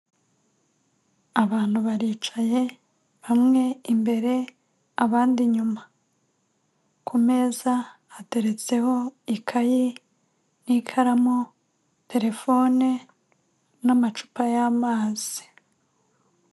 Abantu baricaye bamwe imbere abandi inyuma, ku meza hateretseho ikaye n'ikaramu, telefone n'amacupa y'amazi.